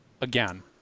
again